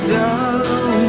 down